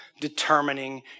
determining